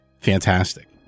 Fantastic